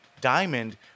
diamond